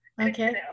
Okay